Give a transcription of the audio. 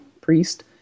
priest